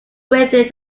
within